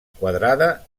quadrada